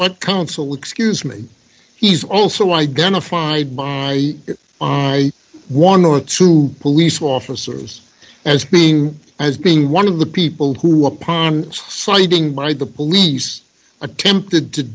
but council excuse me he's also identified by one or two police officers as being as being one of the people who upon meeting by the police attempted to